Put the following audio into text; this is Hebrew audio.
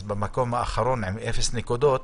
במקום האחרון עם אפס נקודות